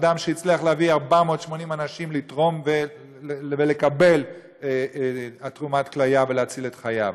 אדם שהצליח להביא 480 אנשים לתרום ולקבל תרומת כליה ולהציל את חייהם.